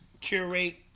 Curate